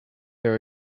there